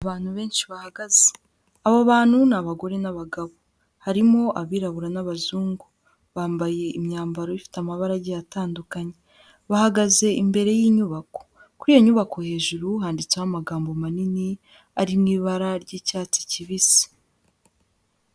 Abantu benshi bahagaze abo bantu ni abagore n'abagabo harimo abirabura n'abazungu bambaye imyambaro ifite amabara agiye atandukanye bahagaze imbere y'inyubako kuri iyo nyubako hejuru handitseho amagambo manini ari mu ibara ry'icyatsi kibisi.